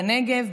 בנגב,